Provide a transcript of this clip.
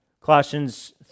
Colossians